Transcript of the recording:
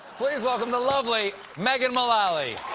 please welcome the lovely megan mullally.